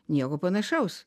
nieko panašaus